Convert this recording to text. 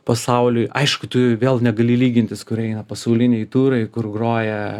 pasauliui aišku tu vėl negali lygintis kur eina pasauliniai turai kur groja